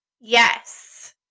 Yes